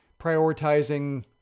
prioritizing